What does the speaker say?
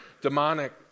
demonic